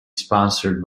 sponsored